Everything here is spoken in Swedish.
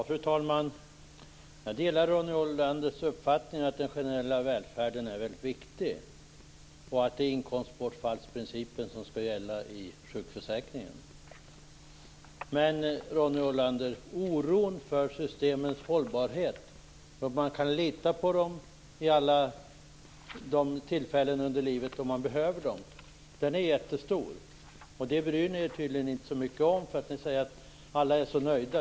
Fru talman! Jag delar Ronny Olanders uppfattning att den generella välfärden är väldigt viktig och att det är inkomstbortfallsprincipen som skall gälla i sjukförsäkringen. Oron för systemens hållbarhet är jättestor, Ronny Olander. Kan man lita på systemen vid alla de tillfällen i livet då man behöver dem? Det bryr ni er tydligen inte så mycket om. Ni säger att alla är så nöjda.